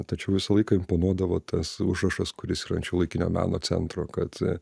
tačiau visą laiką imponuodavo tas užrašas kuris yra ant šiuolaikinio meno centro kad